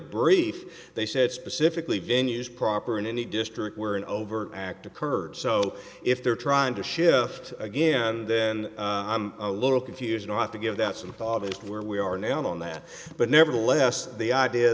brief they said specifically venue is proper in any district where an overt act occurred so if they're trying to shift again then a little confusion ought to give that some thought of it where we are now on that but nevertheless the idea